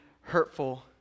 hurtful